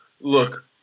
look